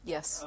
Yes